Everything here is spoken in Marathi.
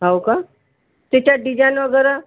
हो का तिच्यात डिझाईन वगैरे